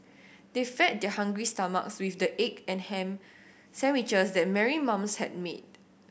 they fed their hungry stomachs with the egg and ham sandwiches that Mary moms had made